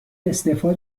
استعفا